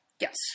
Yes